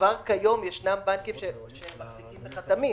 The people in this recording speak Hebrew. כבר כיום ישנם בנקים שמחזיקים בחתמים.